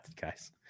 guys